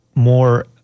more